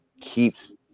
keeps